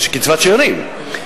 יש קצבת שאירים.